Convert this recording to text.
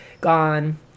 gone